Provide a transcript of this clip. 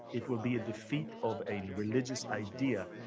it will be a defeat of a religious idea,